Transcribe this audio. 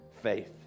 faith